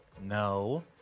No